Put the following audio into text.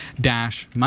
dash